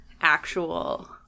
actual